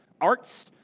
arts